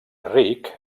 ric